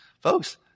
Folks